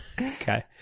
Okay